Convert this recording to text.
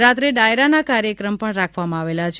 રાત્રે ડાયરાના કાર્યક્રમ પણ રાખવામાં આવેલ છે